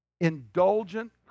indulgent